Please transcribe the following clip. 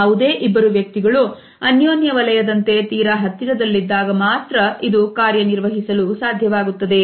ಯಾವುದೇ ಇಬ್ಬರು ವ್ಯಕ್ತಿಗಳು ಅನ್ಯೋನ್ಯ ವಲಯ ದಂತೆ ತೀರ ಹತ್ತಿರದಲ್ಲಿದ್ದಾಗ ಮಾತ್ರ ಇದು ಕಾರ್ಯನಿರ್ವಹಿಸಲು ಸಾಧ್ಯವಾಗುತ್ತದೆ